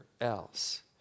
else